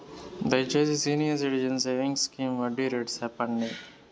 దయచేసి senior citizens savings scheme వడ్డీ rate సెప్పండి